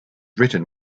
written